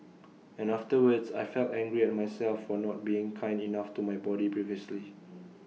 and afterwards I felt angry at myself for not being kind enough to my body previously